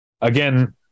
Again